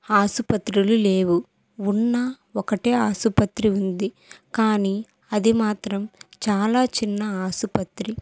ఆసుపత్రులు లేవు ఉన్న ఒకటే ఆసుపత్రి ఉంది కానీ అది మాత్రం చాలా చిన్న ఆసుపత్రి